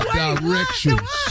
directions